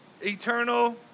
eternal